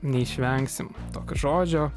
neišvengsim tokio žodžio